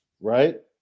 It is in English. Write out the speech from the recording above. right